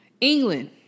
England